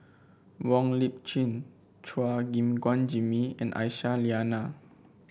Wong Lip Chin Chua Gim Guan Jimmy and Aisyah Lyana